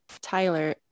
Tyler